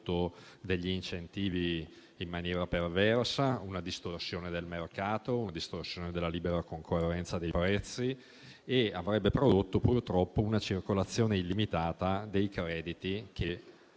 degli incentivi in maniera perversa, una distorsione del mercato e una distorsione della libera concorrenza dei prezzi e che avrebbe prodotto purtroppo una circolazione illimitata dei crediti, che